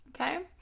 Okay